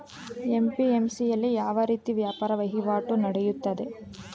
APMC ಯಲ್ಲಿ ಯಾವ ರೀತಿ ವ್ಯಾಪಾರ ವಹಿವಾಟು ನೆಡೆಯುತ್ತದೆ?